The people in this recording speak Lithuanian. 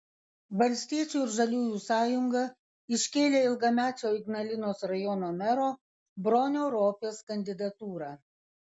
valstiečių ir žaliųjų sąjunga iškėlė ilgamečio ignalinos rajono mero bronio ropės kandidatūrą